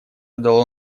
дало